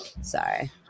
Sorry